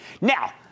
Now